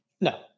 No